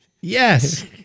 Yes